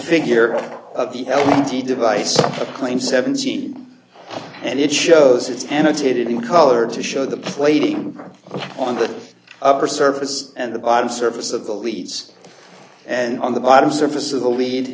figure of the health the device a claim seventeen and it shows it's annotated in color to show the plating on the upper surface and the bottom surface of the leads and on the bottom surface of the lead